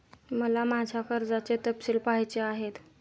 मला माझ्या कर्जाचे तपशील पहायचे आहेत